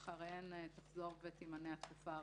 שלאחריהן תחזור ותימנה התקופה הרגילה.